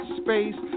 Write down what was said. space